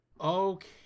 Okay